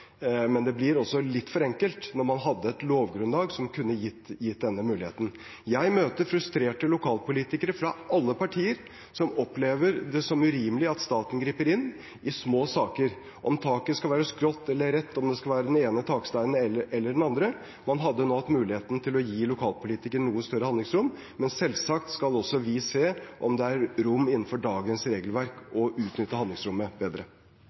men det blir også litt for enkelt når man hadde et lovgrunnlag som kunne gitt denne muligheten. Jeg møter frustrerte lokalpolitikere fra alle partier som opplever det som urimelig at staten griper inn i små saker – om taket skal være skrått eller rett, om det skal være den ene taksteinen eller den andre. Man hadde nå hatt muligheten til å gi lokalpolitikerne noe større handlingsrom, men selvsagt skal også vi se om det er rom innenfor dagens regelverk for å utnytte handlingsrommet bedre.